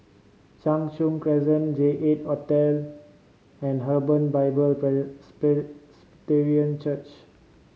Cheng Soon Crescent J Eight Hotel and Hebron Bible Church